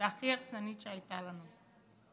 והכי הרסנית שהייתה לנו.